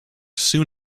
soon